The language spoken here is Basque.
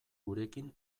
gurekin